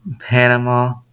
Panama